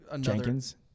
Jenkins